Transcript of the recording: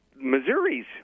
Missouri's